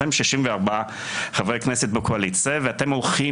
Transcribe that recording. אתם 64 חברי כנסת בקואליציה ואתם הולכים